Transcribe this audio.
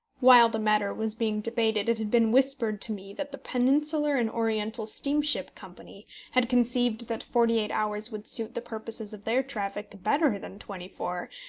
while the matter was being debated, it had been whispered to me that the peninsular and oriental steamship company had conceived that forty-eight hours would suit the purposes of their traffic better than twenty-four,